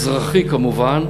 אזרחי כמובן.